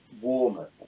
warmer